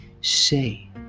say